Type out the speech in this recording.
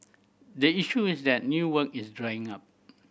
the issue is that new work is drying up